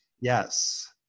Yes